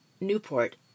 Newport